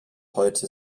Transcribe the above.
heute